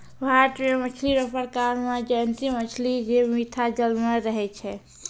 भारत मे मछली रो प्रकार मे जयंती मछली जे मीठा जल मे रहै छै